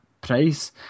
price